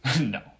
No